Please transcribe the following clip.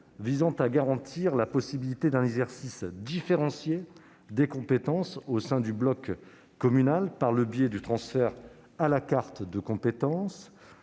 visant à garantir la possibilité d'un exercice différencié des compétences au sein du bloc communal par le biais du transfert « à la carte » de compétences,